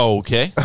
okay